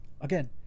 Again